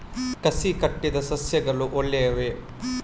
ಕಸಿ ಕಟ್ಟಿದ ಸಸ್ಯಗಳು ಒಳ್ಳೆಯವೇ?